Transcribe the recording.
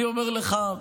אני אומר לך,